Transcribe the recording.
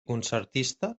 concertista